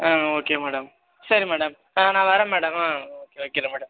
ஆ okay madam சரி madam ஆ நான் வர்றேன் மேடம் ஆ வைக்கிறேன் மேடம்